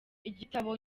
igitabo